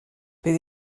bydd